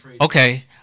Okay